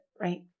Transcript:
right